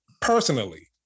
personally